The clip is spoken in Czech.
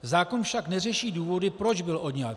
Zákon však neřeší důvody, proč byl odňat.